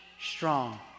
strong